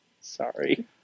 Sorry